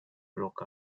broke